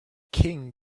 king